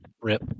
Rip